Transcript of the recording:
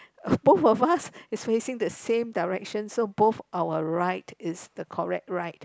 both of us is facing the same direction so both our right is the correct right